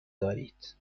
دارید